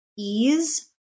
Ease